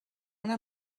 una